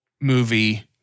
movie